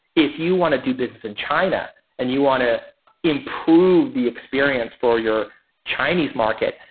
if you want to do business in china and you want to improve the experience for your chinese market,